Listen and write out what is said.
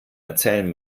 erzählen